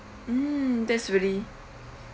mm that's really